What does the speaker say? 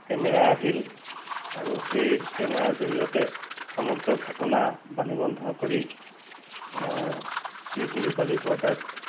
camera আহিল আৰু সেই কেমেৰাৰ জৰিয়তে সমগ্ৰ ঘটনা বাণীবদ্ধ কৰি টি ভিৰ ৰূপালী পৰ্দাত